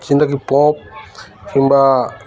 ଯେନ୍ତାକିି pump କିମ୍ବା